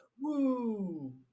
Woo